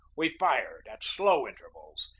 we fired at slow intervals,